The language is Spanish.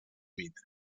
mitre